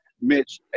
Mitch